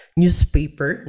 newspaper